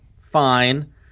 Fine